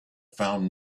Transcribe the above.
found